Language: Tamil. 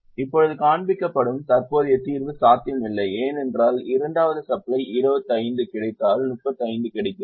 இப்போது காண்பிக்கப்படும் தற்போதைய தீர்வு சாத்தியமில்லை ஏனென்றால் இரண்டாவது சப்ளை 25 கிடைத்தால் 35 கிடைக்கிறது